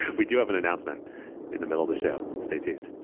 we do have an announcement in the middle of the show. stay tuned.